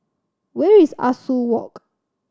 where is Ah Soo Walk